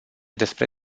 despre